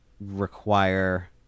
require